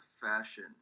fashion